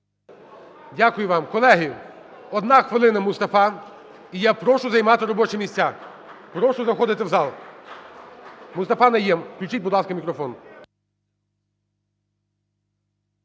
Дякую вам. Колеги, одна хвилина, Мустафа, і я прошу займати робочі місця. Прошу заходити в зал. Мустафа Найєм. Включіть, будь ласка, мікрофон.